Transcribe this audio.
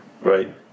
right